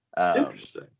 Interesting